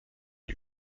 lui